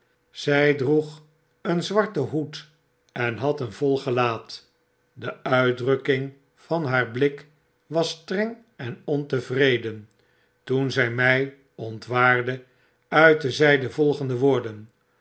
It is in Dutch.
zy droeg een zwarten hoed en had een vol gelaat de uitdrukking van haar blik was streng en ontevreden toen zy my ontwaarde uitte zy de volgende woorden